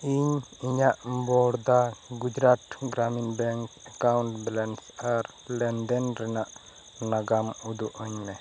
ᱤᱧ ᱤᱧᱟᱹᱜ Baroda Gujarat Gramin bank account balance ᱟᱨ ᱞᱮᱱ ᱫᱮᱱ ᱨᱮᱱᱟᱜ ᱱᱟᱜᱟᱢ ᱩᱫᱩᱜ ᱟ ᱧᱢᱮ